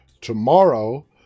tomorrow